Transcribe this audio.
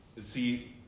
see